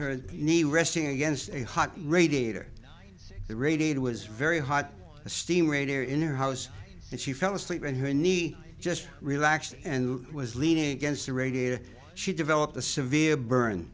her knee resting against a hot radiator the radiator was very hot a steam radiator in her house and she fell asleep and her knee just relaxed and was leaning against the radiator she developed a severe burn